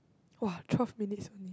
!wah! twelve minutes only eh